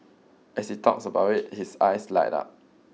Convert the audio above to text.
as he talks about it his eyes light up